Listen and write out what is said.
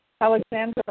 Alexandra